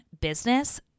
business